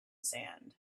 sand